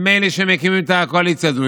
אלה שמקימות את הקואליציה הזו,